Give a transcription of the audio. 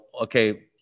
okay